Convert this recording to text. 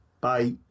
Bye